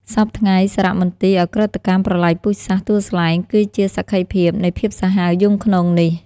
សព្វថ្ងៃ សារមន្ទីរឧក្រិដ្ឋកម្មប្រល័យពូជសាសន៍ទួលស្លែង គឺជាសក្ខីភាពនៃភាពសាហាវយង់ឃ្នងនេះ។